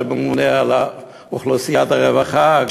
שממונה על אוכלוסיית הרווחה,